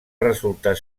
resultar